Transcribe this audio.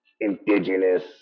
indigenous